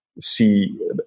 see